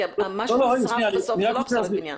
כי מה שנשרף בסוף זה לא פסולת בניין.